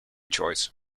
choice